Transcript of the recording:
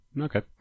Okay